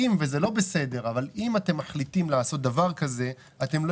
וזה לא בסדר אתם מחליטים לעשות דבר כזה אתם לא